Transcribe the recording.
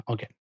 Okay